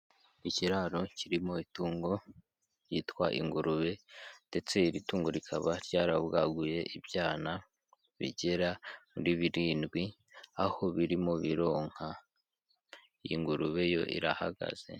Ikiraro kirimo itungo ryitwa ingurube ndetse iri tungo rikaba ryarabwaguye ibyana bigera muri birindwi aho birimo bironka, iyi ngurube yo irahagaze.